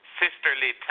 sisterly